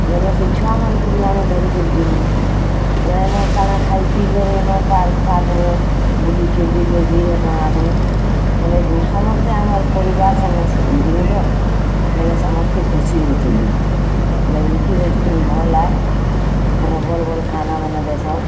ବୋଲେ ସେ ଛୁଆ ମନକୁଁ ବି ଆମେ ଧରିକରି ଯିମୁ ବୋଲେ ହେନ କାଣା ଖାଇପିଇ କରି ହେନ ପାର୍କ ଫାର୍କ ବୁଲି କିନ୍ଦରି କରି ଭି ହେନ ଆସ୍ ମୁଁ ବୋଲେ ସମସ୍ତେ ଆମର୍ ପରିବାର୍ ସଙ୍ଗେ ଯିମି ତ ବୋଲେ ସମସ୍ତେ ଖୁସି ହେଉଥିଲେ ଏ ହେନ ଭଲ୍ ଭଲ୍ ଖାନାମାନେ ଦେସନ୍